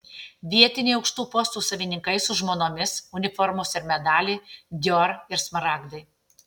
vietiniai aukštų postų savininkai su žmonomis uniformos ir medaliai dior ir smaragdai